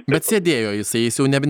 bet sėdėjo jisai jis jau neb nebe